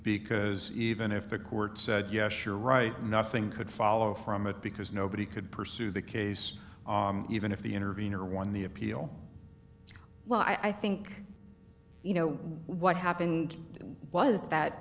because even if the court said yes you're right nothing could follow from it because nobody could pursue the case even if the intervenor won the appeal well i think you know what happened was that